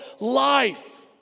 life